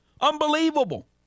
Unbelievable